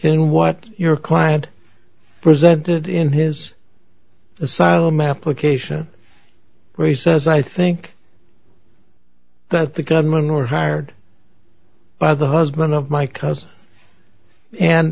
in what your client presented in his asylum application where he says i think that the gunman or hired by the husband of my cousin and